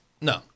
No